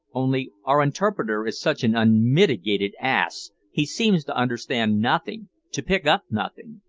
only our interpreter is such an unmitigated ass, he seems to understand nothing to pick up nothing.